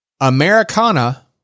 Americana